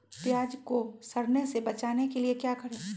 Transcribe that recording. प्याज को सड़ने से बचाने के लिए क्या करें?